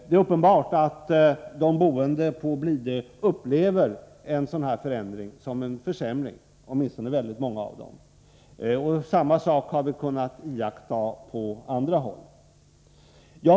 Det är uppenbart att de som bor på Blidö upplever en sådan här förändring som en försämring, åtminstone väldigt många av dem. Samma sak har man också kunnat iaktta på andra håll.